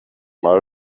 mal